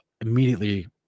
immediately